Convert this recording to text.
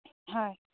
হয়